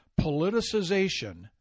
politicization